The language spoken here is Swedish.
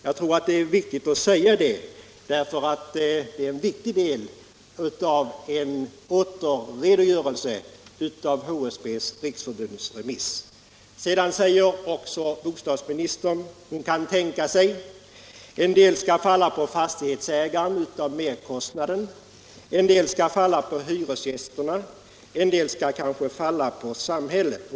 Jag tror det är viktigt att säga det, eftersom detta är en viktig del av redogörelsen för HSB:s riksförbunds remissvar. Bostadsministern säger också att hon kan tänka sig att en del av merkostnaden skall falla på fastighetsägaren, en del på hyresgästerna och en del kanske på samhället.